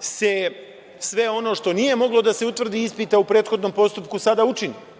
se sve ono što nije moglo da se utvrdi ispita u prethodnom postupku sada učini,